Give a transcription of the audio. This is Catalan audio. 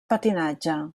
patinatge